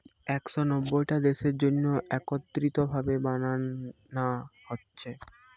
একশ নব্বইটা দেশের জন্যে একত্রিত ভাবে বানানা হচ্ছে